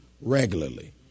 regularly